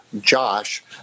Josh